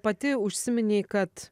pati užsiminei kad